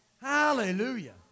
Hallelujah